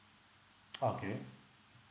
okay